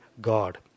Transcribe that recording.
God